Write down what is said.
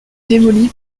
démoli